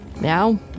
Now